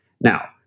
Now